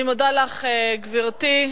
אני מודה לך, גברתי.